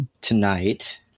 tonight